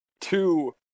two